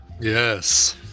Yes